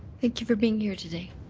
thank you for being here today.